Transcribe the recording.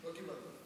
לא קיבלת.